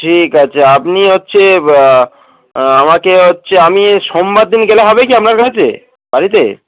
ঠিক আছে আপনি হচ্ছে আমাকে হচ্ছে আমি সোমবার দিন গেলে হবে কি আপনার কাছে বাড়িতে